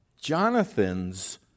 Jonathan's